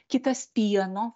kitas pieno